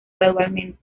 gradualmente